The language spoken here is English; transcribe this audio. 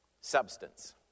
Substance